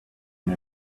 and